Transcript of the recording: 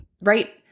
right